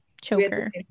choker